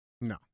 No